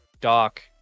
doc